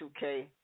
2K